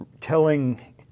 telling